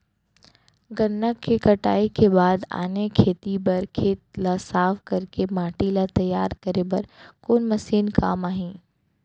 गन्ना के कटाई के बाद आने खेती बर खेत ला साफ कर के माटी ला तैयार करे बर कोन मशीन काम आही?